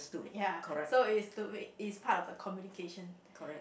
ya so it's to it it's part of the communication